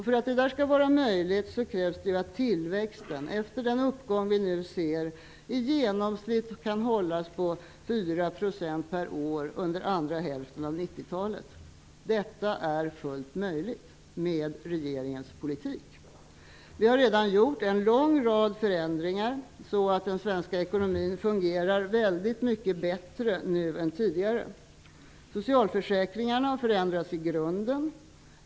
För att detta skall vara möjligt krävs det att tillväxten, efter den uppgång vi nu ser, i genomsnitt kan hållas på 4 % per år under andra hälften av 90-talet. Detta är fullt möjligt med regeringens politik. Vi har redan gjort en lång rad förändringar. Den svenska ekonomin fungerar mycket bättre nu än tidigare. Socialförsäkringarna har förändrats i grunden.